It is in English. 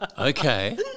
Okay